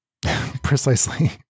Precisely